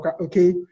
Okay